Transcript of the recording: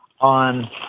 on